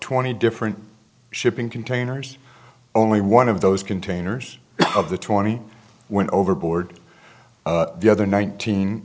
twenty different shipping containers only one of those containers of the twenty went overboard the other nineteen